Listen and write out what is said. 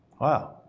Wow